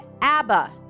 abba